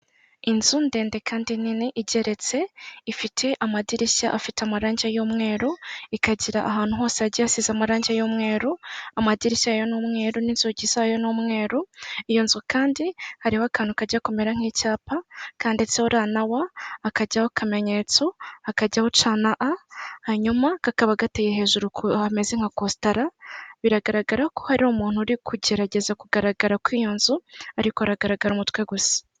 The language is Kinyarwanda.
Inzu ndende kandi nini igeretse, ifite amadirishya afite amarangi y'umweru, ikagira ahantu hose hagiye hasize amarange y'umweru, amadirishya yo ni umweru n'inzugi zayo ni umweru. Iyo nzu kandi hariho akantu kajya kumera nk'icyapa kanditseho ra na wa, hakajyaho akamenyetso, hakajyaho ca na a, hanyuma kakaba gateye hejuru, hameze nka kositara. Biragaragara ko hari umuntu uri kugerageza kugaragara kuri iyo nzu, ariko haragaragara umutwe gusa.